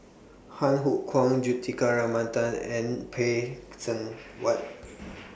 Han Hook Kwang Juthika and Phay Seng Whatt